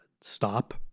stop